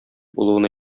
булуын